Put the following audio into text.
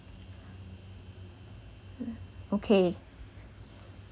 okay